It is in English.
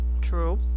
True